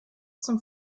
zum